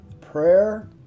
prayer